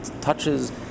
touches